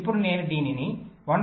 ఇప్పుడు నేను దీనిని 1